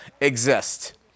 exist